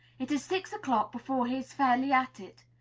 it is six o'clock before he is fairly at it.